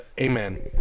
Amen